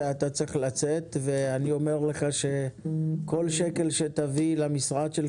שעוסקת בהקמת מרכז כלכלי חדש בצפון